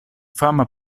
fama